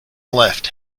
left